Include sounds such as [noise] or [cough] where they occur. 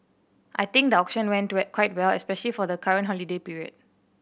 I think the auction went [unintelligible] quite well especially for the current holiday period